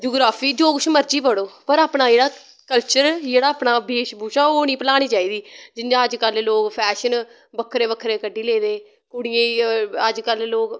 geography जो किश मर्जी पर अपना जेह्ड़ा कल्चर जेह्ड़ा अपना भेश बूशा ओह् ना भलानी चाहिदी जियां अज कल लोग फैशन बक्खरे बक्खरे क'ड्डी लेदे कुड़ियें अज कल लोग